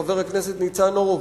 חבר הכנסת ניצן הורוביץ,